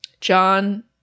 John